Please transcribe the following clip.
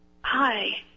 Hi